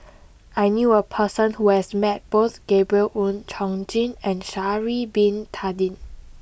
I knew a person who has met both Gabriel Oon Chong Jin and Sha'ari Bin Tadin